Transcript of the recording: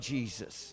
Jesus